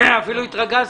אני אפילו התרגזתי.